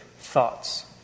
thoughts